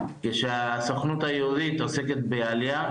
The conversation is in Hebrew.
כשהסוכנות היהודית עוסקת בעלייה,